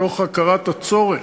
מתוך הכרת הצורך,